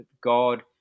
God